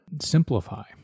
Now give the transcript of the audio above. simplify